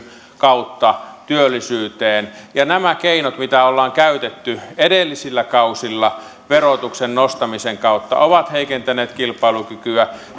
kautta työllisyyteen ja nämä keinot mitä ollaan käytetty edellisillä kausilla verotuksen nostamisen kautta ovat heikentäneet kilpailukykyä